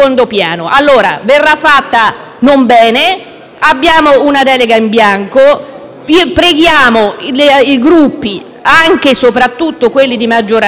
abbiamo una delega in bianco; preghiamo i Gruppi, anche e soprattutto quelli di maggioranza, di esaminare con attenzione